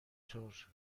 طور